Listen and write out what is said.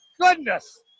goodness